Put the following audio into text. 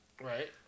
Right